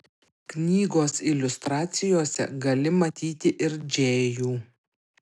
knygos iliustracijose gali matyti ir džėjų